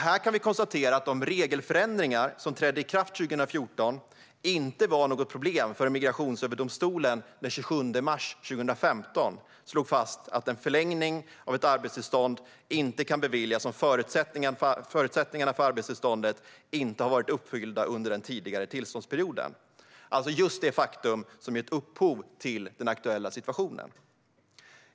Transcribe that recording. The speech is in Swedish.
Vi kan konstatera att de regelförändringar som trädde i kraft 2014 inte var något problem förrän Migrationsöverdomstolen den 27 mars 2015 slog fast att en förlängning av ett arbetstillstånd inte kan beviljas om förutsättningarna för arbetstillståndet inte varit uppfyllda under den tidigare tillståndsperioden, alltså just det faktum som gett upphov till den aktuella situationen.